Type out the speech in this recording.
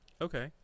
okay